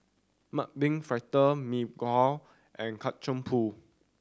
mung bean fritter Mee Kuah and Kacang Pool